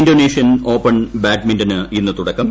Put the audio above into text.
Indonesian open badminton ഇന്ന് തുടക്കം